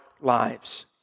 lives